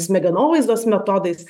smegenovaizdos metodais